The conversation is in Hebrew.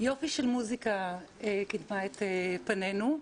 יופי של מוזיקה קידמה את פנינו.